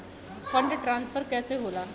Fund transfer कैसे होला?